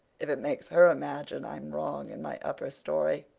if it makes her imagine i'm wrong in my upper story.